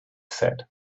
said